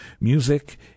music